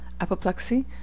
Apoplexy